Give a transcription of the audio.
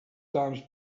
times